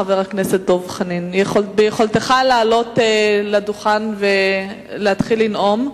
חבר הכנסת דב חנין: ביכולתך לעלות לדוכן ולהתחיל לנאום,